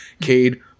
Cade